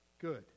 good